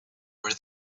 where